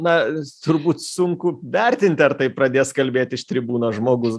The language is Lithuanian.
na turbūt sunku vertinti ar taip pradės kalbėti iš tribūnos žmogus